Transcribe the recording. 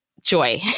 joy